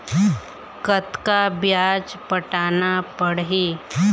कतका ब्याज पटाना पड़ही?